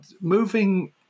moving